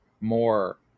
more